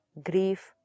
grief